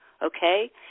Okay